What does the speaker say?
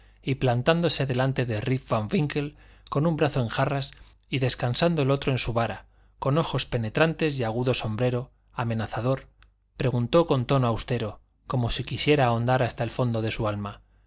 y plantándose delante de rip van winkle con un brazo en jarras y descansando el otro en su vara con ojos penetrantes y su agudo sombrero amenazador preguntó con tono austero como si quisiera ahondar hasta el fondo de su alma